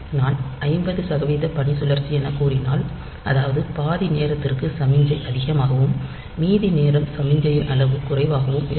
நான் 50 சதவிகித பணிசுழற்சி எனக் கூறினால் அதாவது பாதி நேரத்திற்கு சமிக்ஞை அதிகமாகவும் மீதி நேரம் சமிக்ஞையின் அளவு குறைவாகவும் இருக்கும்